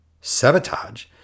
Sabotage